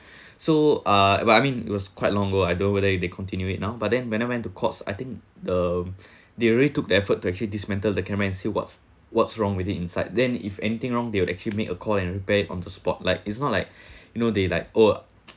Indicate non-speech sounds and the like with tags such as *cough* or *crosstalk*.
so uh but I mean it was quite long ago I don't know whether if they continue it now but then when I went to Courts I think the *breath* they really took their effort to actually dismantle the camera and see what's what's wrong with it inside then if anything wrong they would actually make a call and repair on the spot like it's not like *breath* you know they like oh *noise*